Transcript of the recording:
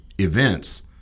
events